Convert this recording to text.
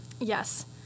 Yes